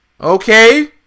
okay